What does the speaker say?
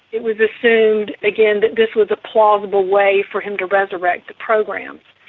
it was assumed again that this was a plausible way for him to resurrect the program.